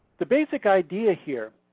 the basic idea here